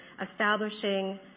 establishing